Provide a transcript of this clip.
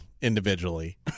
individually